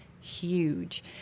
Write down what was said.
huge